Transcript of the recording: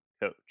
Coach